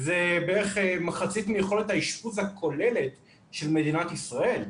זה בערך מחצית מיכולת האשפוז הכוללת של מדינת ישראל,